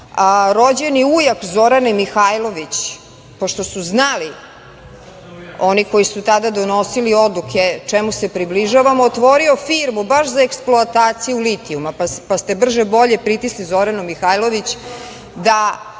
rođeni ujak Zorane Mihajlović, pošto su znali oni koji su tada donosili odluke čemu se približavamo, otvorio firmu baš za eksploataciju litijuma pa ste brže bolje pritisli Zoranu Mihajlović da